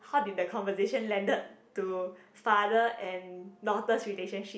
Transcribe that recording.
how did the conversation landed to father and daughter's relationship